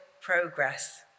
progress